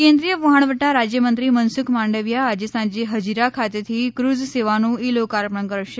કેન્દ્રીય વહાણવટા રાજ્યમંત્રી મનસુખ માંડવિયા આજે સાંજે હજીરા ખાતેથી ક્રૂઝ સેવાનું ઇ લોકાર્પણ કરશે